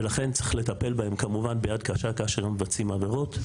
ולכן צריך לטפל בהם כמובן ביד קשה כאשר הם מבצעים עבירות,